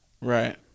Right